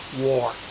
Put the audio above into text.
War